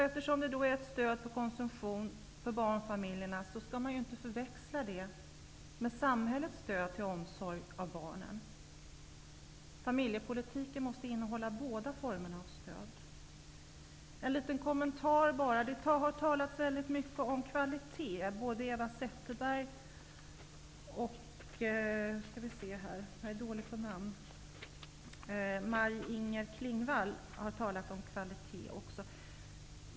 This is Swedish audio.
Eftersom det är ett stöd för konsumtion till barnfamiljerna skall man inte förväxla det med samhällets stöd till omsorg om barnen. Familjepolitiken måste innehålla båda formerna av stöd. Det har talats mycket om kvalitet. Både Eva Zetterberg och Maj-Inger Klingvall har talat om det.